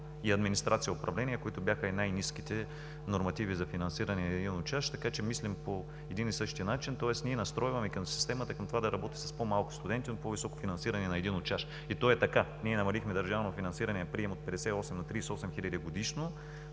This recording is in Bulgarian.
и „Администрация и управление“, които бяха и с най-ниските нормативи за финансиране на един учащ. Така че мислим по един и същ начин. Тоест ние настройваме системата към това да работи с по-малко студенти, но с по-високо финансиране на един учащ, и то е така. Ние намалихме прием с държавно финансиране от 58 на 38 хиляди годишно,